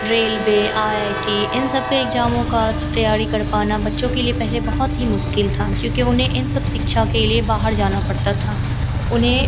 railway I I T इन सबके इग्ज़ामों की तैयारी कर पाना बच्चों के लिए पहले बहुत ही मुश्किल था क्योंकि उन्हें इन सब शिक्षा के लिए बाहर जाना पड़ता था उन्हें